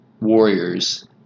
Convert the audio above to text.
Warriors